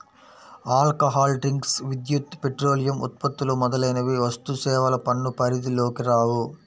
alcohol drinks, విద్యుత్, petroleum ఉత్పత్తులు మొదలైనవి వస్తుసేవల పన్ను పరిధిలోకి రావు